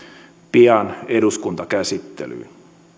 pian eduskuntakäsittelyyn